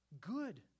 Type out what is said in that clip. Good